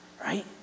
right